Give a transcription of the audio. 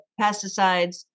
pesticides